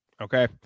Okay